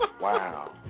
Wow